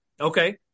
Okay